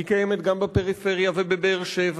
היא קיימת גם בפריפריה ובבאר-שבע,